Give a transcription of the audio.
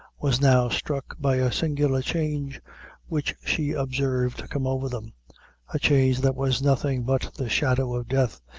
was now struck by a singular change which she observed come over them a change that was nothing but the shadow of death,